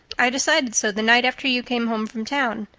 i decided so the night after you came home from town.